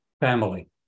family